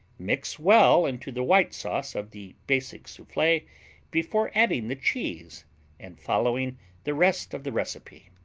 mix well into the white sauce of the basic souffle before adding the cheese and following the rest of the recipe.